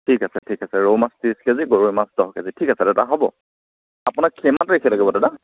ঠিক আছে ঠিক আছে ৰৌ মাছ ত্ৰিশ কেজি গৰৈ মাছ দহ কেজি ঠিক আছে দাদা হ'ব আপোনাক কিমান তাৰিখে লাগিব দাদা